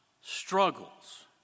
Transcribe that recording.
struggles